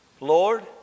Lord